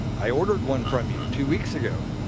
i ordered one from you two weeks ago.